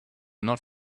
not